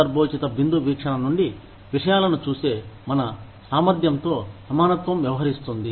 సందర్భోచిత బిందు వీక్షణ నుండి విషయాలను చూసే మన సామర్థ్యంతో సమానత్వం వ్యవహరిస్తుంది